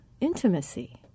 intimacy